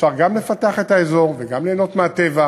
אפשר גם לפתח את האזור וגם ליהנות מהטבע,